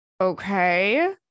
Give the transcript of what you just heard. Okay